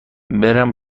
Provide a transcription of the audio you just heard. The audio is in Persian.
برم